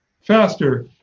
faster